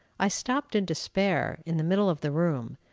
i stopped in despair in the middle of the room,